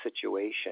situation